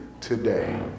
today